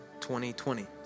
2020